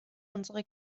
unsere